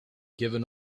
given